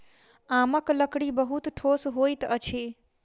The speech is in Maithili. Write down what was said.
आमक लकड़ी बहुत ठोस होइत अछि